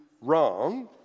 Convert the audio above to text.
wrong